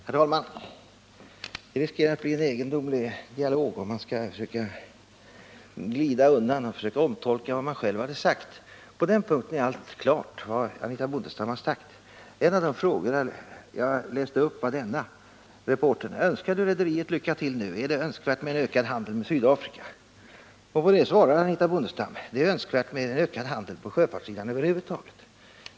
Herr talman! Man riskerar att få en egendomlig dialog, om man skall glida undan och försöka omtolka vad man själv har sagt. Vad Anitha Bondestam sagt är helt klart. En av de frågor jag läste upp var denna: Reportern: Önskar du rederiet lycka till nu? Är det önskvärt med en ökad handel med Sydafrika? På detta svarar Anitha Bondestam: Det är önskvärt med en ökad handel på sjöfartssidan över huvud taget.